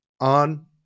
on